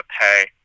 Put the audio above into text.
pay